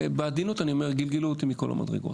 בעדינות אני אומר גלגלו אותי מכל המדרגות.